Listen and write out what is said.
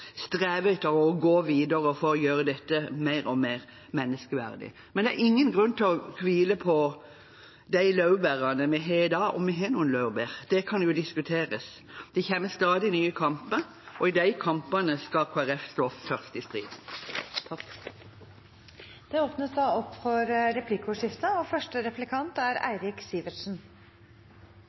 streve etter å gå videre for å gjøre dette mer og mer menneskeverdig. Men det er ingen grunn til å hvile på laurbærene – om vi da har noen laurbær, det kan diskuteres. Det kommer stadig nye kamper, og i de kampene skal Kristelig Folkeparti stå først i striden. Det blir replikkordskifte. Representanten Bransdal har et stort hjerte for dem som trenger det mest, både asylsøkere, flyktninger og